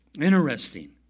Interesting